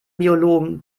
biologen